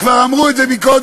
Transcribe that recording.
כבר אמרו את זה קודם,